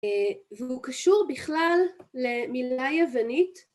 והוא קשור בכלל למילה יוונית